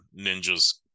ninjas